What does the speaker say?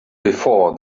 before